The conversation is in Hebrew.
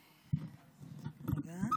תודה רבה.